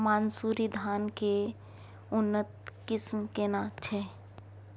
मानसुरी धान के उन्नत किस्म केना छै?